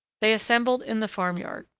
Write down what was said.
they assembled in the farm-yard.